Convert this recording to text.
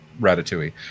ratatouille